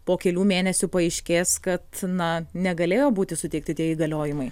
po kelių mėnesių paaiškės kad na negalėjo būti suteikti tie įgaliojimai